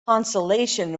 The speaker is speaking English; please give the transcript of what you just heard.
consolation